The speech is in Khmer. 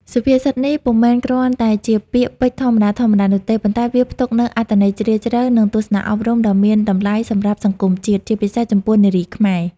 សុភាសិតនេះពុំមែនគ្រាន់តែជាពាក្យពេចន៍ធម្មតាៗនោះទេ ប៉ុន្តែវាផ្ទុកនូវអត្ថន័យជ្រាលជ្រៅ និងទស្សនៈអប់រំដ៏មានតម្លៃសម្រាប់សង្គមជាតិ ជាពិសេសចំពោះនារីខ្មែរ។